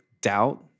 doubt